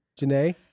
Janae